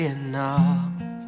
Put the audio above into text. enough